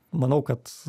manau kad